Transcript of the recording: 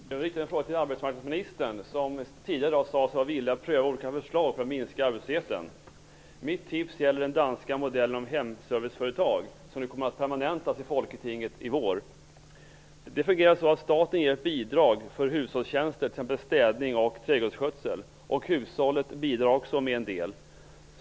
Herr talman! Jag vill rikta en fråga till arbetsmarknadsministern, som tidigare i dag sade sig vara villig att pröva olika förslag för att minska arbetslösheten. Mitt tips gäller den danska modellen för hemserviceföretag, som kommer att permanentas i Folketinget i vår. Det fungerar så att staten ger ett bidrag för hushållstjänster, t.ex. städning och trädgårdsskötsel. Hushållet bidrar också med en del.